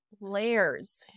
layers